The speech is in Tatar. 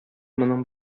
моның